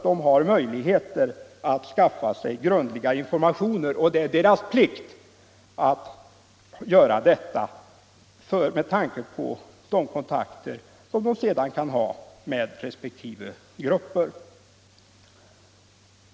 De har möjligheter att skaffa sig grundliga informationer, och det är deras plikt att göra detta med tanke på de kontakter som de sedan kan ha med resp. riksdagsgrupper.